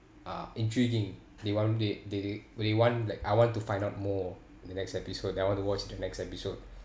uh intriguing they want they they they they want like I want to find out more in the next episode I want to watch the next episode